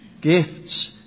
gifts